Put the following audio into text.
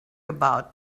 about